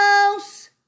house